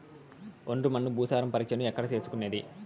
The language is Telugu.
ఒండ్రు మన్ను భూసారం పరీక్షను ఎక్కడ చేసుకునేది?